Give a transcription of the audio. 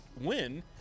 win